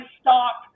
stop